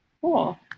Cool